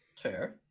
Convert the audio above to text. fair